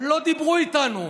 לא דיברו איתנו.